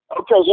Okay